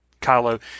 Kylo